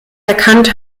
erkannt